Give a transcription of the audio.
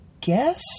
guess